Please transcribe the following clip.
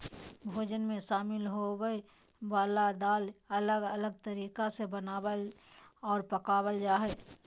भोजन मे शामिल होवय वला दाल अलग अलग तरीका से बनावल आर पकावल जा हय